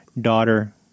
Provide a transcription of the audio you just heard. daughter